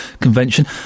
convention